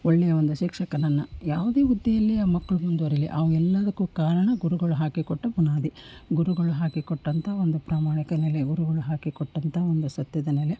ಒಳ್ಳೆಯ ಒಂದು ಶಿಕ್ಷಕನನ್ನು ಯಾವುದೇ ಹುದ್ದೆಯಲ್ಲಿ ಆ ಮಕ್ಕಳು ಮುಂದುವರೆಯಲಿ ಅವೆಲ್ಲದಕ್ಕೂ ಕಾರಣ ಗುರುಗಳು ಹಾಕಿಕೊಟ್ಟ ಬುನಾದಿ ಗುರುಗಳು ಹಾಕಿಕೊಟ್ಟಂಥ ಒಂದು ಪ್ರಾಮಾಣಿಕ ನೆಲೆ ಗುರುಗಳು ಹಾಕಿಕೊಟ್ಟಂಥ ಒಂದು ಸತ್ಯದ ನೆಲೆ